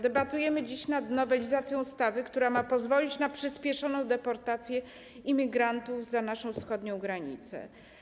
Debatujemy dziś nad nowelizacją ustawy, która ma pozwolić na przyspieszoną deportację imigrantów za naszą wschodnią granicę.